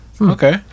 Okay